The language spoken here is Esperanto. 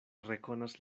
rekonas